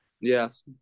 Yes